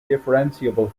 differentiable